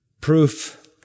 Proof